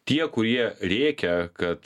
tie kurie rėkia kad